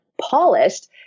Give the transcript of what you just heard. polished